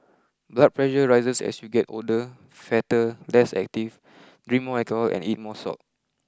blood pressure rises as you get older fatter less active drink more alcohol and eat more salt